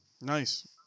Nice